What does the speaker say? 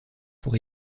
pour